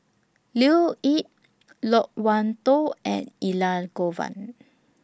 Leo Yip Loke Wan Tho and Elangovan